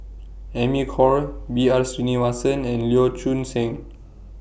Amy Khor B R Sreenivasan and Lee Choon Seng